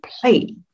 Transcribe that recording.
play